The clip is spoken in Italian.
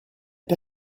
per